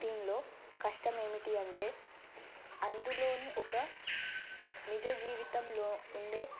దీనిలో కష్టం ఏమిటి అంటే అందులోని ఒక నిజజీవితంలో ఉండే